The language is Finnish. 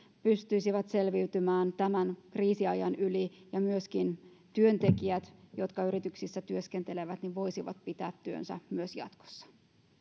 pystyisivät selviytymään tämän kriisiajan yli ja myöskin työntekijät jotka yrityksissä työskentelevät voisivat pitää työnsä myös jatkossa